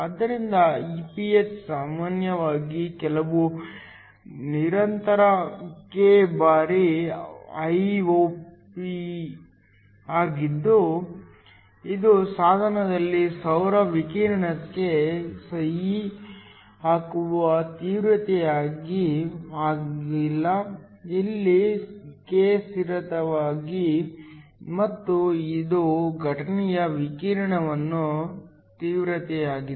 ಆದ್ದರಿಂದ Iph ಸಾಮಾನ್ಯವಾಗಿ ಕೆಲವು ನಿರಂತರ K ಬಾರಿ Iop ಆಗಿದ್ದು ಇದು ಸಾಧನದಲ್ಲಿ ಸೌರ ವಿಕಿರಣಕ್ಕೆ ಸಹಿ ಹಾಕುವ ತೀವ್ರತೆಯಾಗಿದೆ ಹಾಗಾಗಿ ಇಲ್ಲಿ K ಸ್ಥಿರವಾಗಿದೆ ಮತ್ತು ಇದು ಘಟನೆಯ ವಿಕಿರಣದ ತೀವ್ರತೆಯಾಗಿದೆ